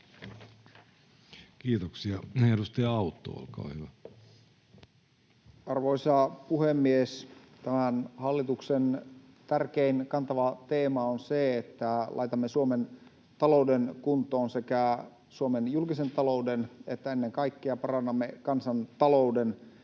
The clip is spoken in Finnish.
muuttamisesta Time: 22:51 Content: Arvoisa puhemies! Tämän hallituksen tärkein, kantava teema on se, että laitamme Suomen talouden kuntoon, sekä laitamme kuntoon Suomen julkisen talouden että ennen kaikkea parannamme kansantalouden